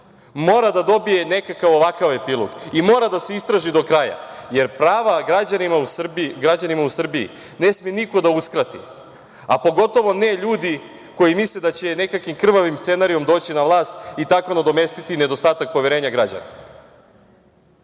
mora da dobije nekakav ovakav epilog i mora da se istraži do kraja, jer prava građanima u Srbiji ne sme niko da uskrati, a pogotovo ne ljudi koji misle da će nekakvim krvavim scenarijom doći na vlast i tako nadomestiti nedostatak poverenja građana. Nadam